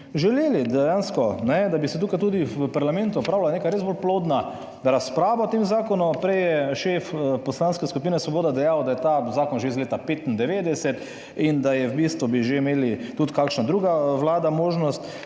dejansko, da bi se tukaj tudi v parlamentu opravila neka res bolj plodna razprava o tem zakonu. Prej je šef Poslanske skupine Svoboda dejal, da je ta zakon že iz leta 1995, in da je v bistvu bi že imeli, tudi kakšna druga vlada možnost